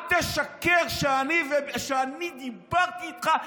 אל תשקר שאני דיברתי איתך,